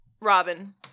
Robin